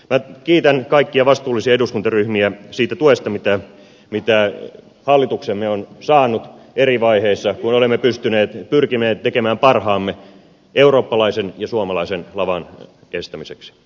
minä kiitän kaikkia vastuullisia eduskuntaryhmiä siitä tuesta mitä hallituksemme on saanut eri vaiheissa kun olemme pyrkineet tekemään parhaamme eurooppalaisen ja suomalaisen laman estämiseksi